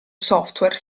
software